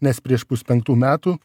nes prieš puspenktų metų